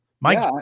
Mike